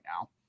now